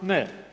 Ne.